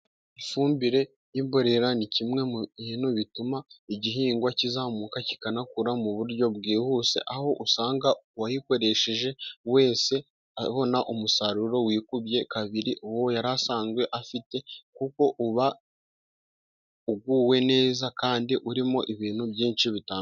Ifumbire y'imborera, ni kimwe mu bintu bituma igihingwa kizamuka kikanakura mu buryo bwihuse, aho usanga uwayikoresheje wese abona umusaruro wikubye kabiri uwo yari asanzwe afite, kuko uba uguwe neza kandi urimo ibintu byinshi bitandukanye.